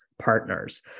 Partners